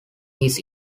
his